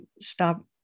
stop